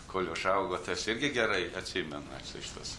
kol užaugo tas irgi gerai atsimenu atsivežtas